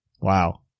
Wow